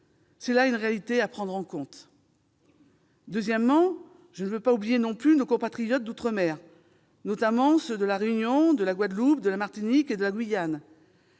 C'est là une réalité à prendre en compte. Deuxièmement, je ne veux pas oublier non plus nos compatriotes d'outre-mer, notamment ceux de la Réunion, de la Guadeloupe, de la Martinique et de la Guyane.